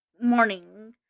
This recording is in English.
morning